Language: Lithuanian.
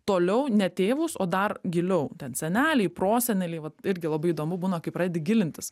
toliau ne tėvus o dar giliau ten seneliai proseneliai irgi labai įdomu būna kai pradedi gilintis